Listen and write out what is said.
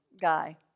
guy